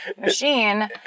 machine